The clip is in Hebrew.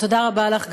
תודה רבה לך,